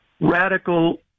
radical